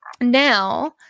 now